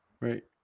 Right